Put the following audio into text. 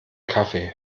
kaffee